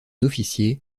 officier